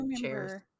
chairs